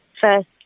first